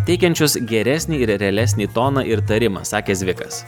teikiančius geresnį ir realesnį toną ir tarimą sakė zvikas